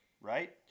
right